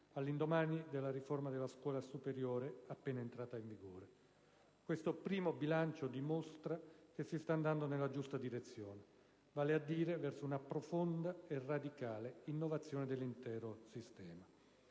all'indomani della riforma della scuola superiore appena entrata in vigore. Questo primo bilancio dimostra che si sta andando nella giusta direzione: verso una profonda e radicale innovazione dell'intero sistema.